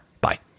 Bye